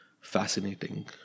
fascinating